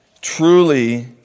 Truly